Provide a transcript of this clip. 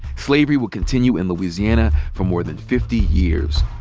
slavery would continue in louisiana for more than fifty years.